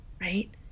right